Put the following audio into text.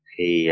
Thì